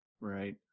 Right